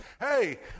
hey